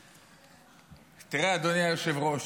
תראה, אדוני היושב-ראש,